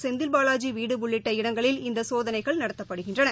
செந்தில்பாலாஜிவீடுஉள்ளிட்ட இடங்களில் இந்தசோதனைகள் நடத்தப்படுகின்றன